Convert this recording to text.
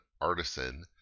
Artisan